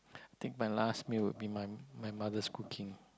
I think my last meal would be my my mother's cooking